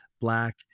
black